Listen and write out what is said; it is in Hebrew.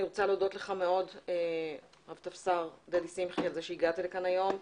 אני רוצה להודות לך מאוד רב טפסר דדי שמחי על שהגעת לכאן היום.